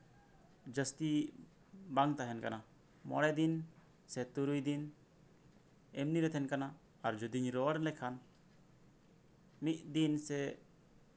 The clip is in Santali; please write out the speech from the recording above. ᱡᱟᱹᱥᱛᱤ ᱵᱟᱝ ᱛᱟᱦᱮᱸᱱ ᱠᱟᱱᱟ ᱢᱚᱬᱮ ᱫᱤᱱ ᱥᱮ ᱛᱩᱨᱩᱭ ᱫᱤᱱ ᱮᱢᱱᱤ ᱨᱮ ᱛᱟᱦᱮᱸᱱ ᱠᱟᱱᱟ ᱟᱨ ᱡᱩᱫᱤᱧ ᱨᱚᱲ ᱞᱮᱠᱷᱟᱱ ᱢᱤᱫ ᱫᱤᱱ ᱥᱮ